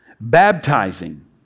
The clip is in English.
baptizing